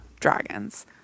dragons